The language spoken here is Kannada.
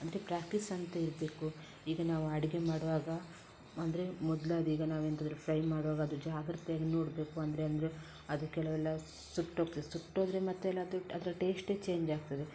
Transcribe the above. ಅಂದರೆ ಪ್ರಾಕ್ಟೀಸ್ ಅಂತ ಇರಬೇಕು ಈಗ ನಾವು ಅಡಿಗೆ ಮಾಡುವಾಗ ಅಂದರೆ ಮೊದ್ಲದೀಗ ನಾವೆಂಥಾದರೂ ಫ್ರೈ ಮಾಡುವಾಗ ಅದು ಜಾಗ್ರತೆಯಾಗಿ ನೋಡಬೇಕು ಅಂದರೆ ಅಂದರೆ ಅದು ಕೆಲವೆಲ್ಲ ಸುಟ್ಟೋಕ್ತದೆ ಸುಟ್ಟೋದ್ರೆ ಮತ್ತೆಲ್ಲಾದರೂ ಅದರ ಟೇಸ್ಟೇ ಚೇಂಜ್ ಆಗ್ತದೆ